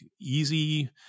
easy